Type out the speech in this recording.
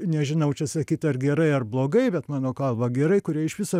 nežinau čia sakyt ar gerai ar blogai bet mano galva gerai kurie iš viso